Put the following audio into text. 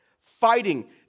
fighting